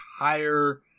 entire